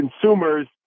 consumers